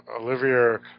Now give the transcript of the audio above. Olivia